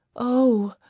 oh,